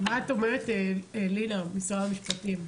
מה את אומרת, לינא, משרד המשפטים?